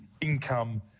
income